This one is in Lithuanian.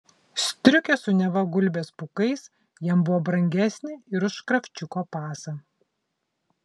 striukė su neva gulbės pūkais jam buvo brangesnė ir už kravčiuko pasą